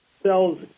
cells